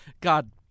God